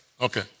Okay